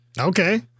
Okay